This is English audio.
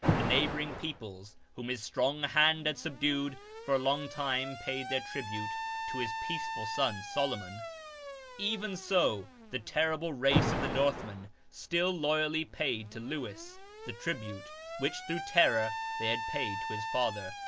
the neighbouring peoples, whom his strong hand had subdued, for a long time paid their tribute to his peaceful son solomon even so the terrible race of the northmen still loyally paid to lewis the tribute which through terror they had paid to his father,